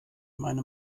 meine